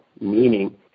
meaning